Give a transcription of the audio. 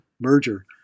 merger